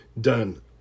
done